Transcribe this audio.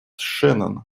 шеннон